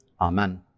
amen